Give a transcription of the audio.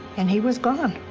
and he was gone.